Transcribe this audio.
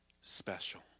special